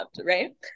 right